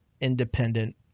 independent